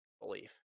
belief